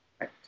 Right